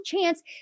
chance